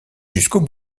jusqu’au